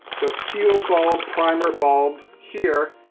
the fuel bulb, primer bulb here,